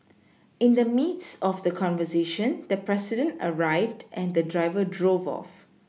in the midst of the conversation the president arrived and the driver drove off